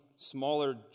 smaller